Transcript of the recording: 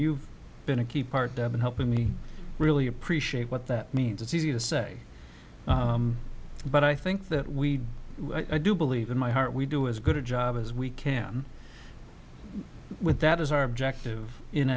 knew been a key part in helping me really appreciate what that means it's easy to say but i think that we i do believe in my heart we do as good a job as we can with that is our objective in